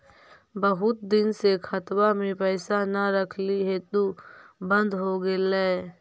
बहुत दिन से खतबा में पैसा न रखली हेतू बन्द हो गेलैय?